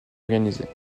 organisée